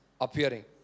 appearing